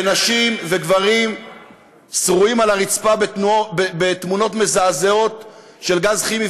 ונשים וגברים שרועים על הרצפה בתמונות מזעזעות בגלל גז כימי,